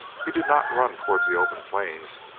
he did not run towards the open plains,